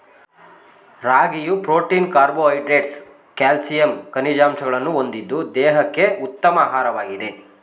ರಾಗಿಯು protein carbohydrates calcium ಖನಿಜಾಂಶಗಳನ್ನು ಹೊಂದಿದ್ದು ದೇಹಕ್ಕೆ ಉತ್ತಮ ಆಹಾರವಾಗಿದೆ